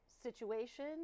situation